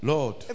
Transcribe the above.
Lord